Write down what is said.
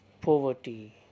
poverty